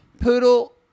Poodle